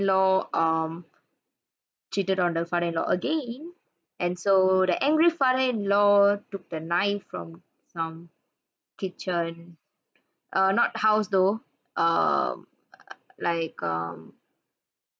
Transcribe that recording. law um cheated on the father in law again and so the angry father in law took the knife from some kitchen err not house though um like um